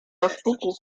rozpuku